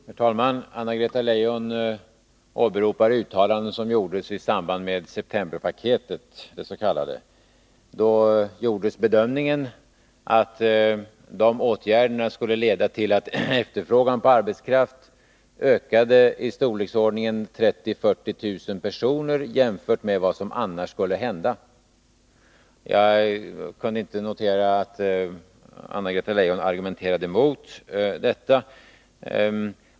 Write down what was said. Herr talman! Anna-Greta Leijon åberopar uttalanden som gjordes i samband med det s.k. septemberpaketet. Då gjordes den bedömningen att dessa åtgärder skulle leda till att efterfrågan på arbetskraft ökade med 30 000-40 000 personer, jämfört med vad som annars skulle hända. Jag kunde inte notera att Anna-Greta Leijon argumenterade mot detta.